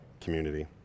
community